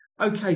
Okay